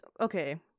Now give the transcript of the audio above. Okay